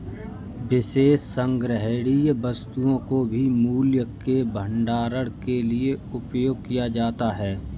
विशेष संग्रहणीय वस्तुओं को भी मूल्य के भंडारण के लिए उपयोग किया जाता है